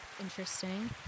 interesting